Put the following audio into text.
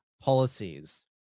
policies